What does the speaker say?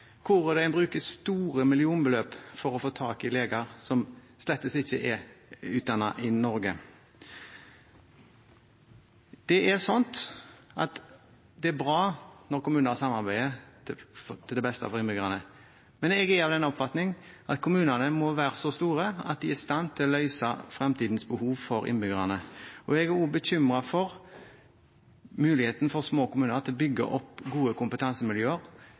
tak i leger som slett ikke er utdannet i Norge? Det er bra når kommuner samarbeider til det beste for innbyggerne, men jeg er av den oppfatning at kommunene må være så store at de er i stand til å løse fremtidens behov for innbyggerne. Jeg er også bekymret for muligheten for små kommuner til å bygge opp gode kompetansemiljøer,